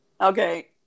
Okay